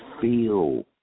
feel